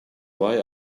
why